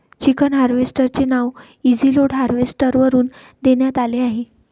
chicken harvester चे नाव easy load harvester वरून देण्यात आले आहे